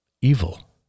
evil